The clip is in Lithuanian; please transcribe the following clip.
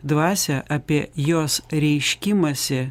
dvasią apie jos reiškimąsi